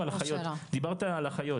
דיברת על אחיות.